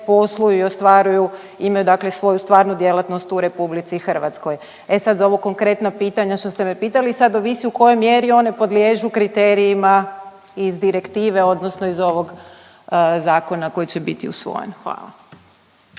posluju i ostvaruju imaju dakle svoju stvarnu djelatnost u RH. E sa za ova konkretna pitanja za ova što ste me pitali sad ovisi u kojoj mjeri one podliježu kriterijima iz direktive odnosno iz ovog zakona koji će biti usvojen. Hvala.